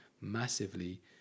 massively